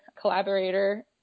collaborator